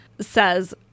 says